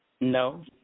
No